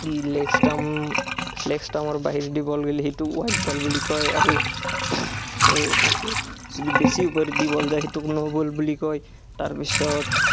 ই leg stump leg ষ্টামৰ বাহিৰেদি ball গ'লে সেইটো ৱাইড বল বুলি কয় আৰু সেই আকৌ যদি বেছি ওপৰেদি বল যায় সেইটোক ন' বল বুলি কয় তাৰপিছত